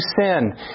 sin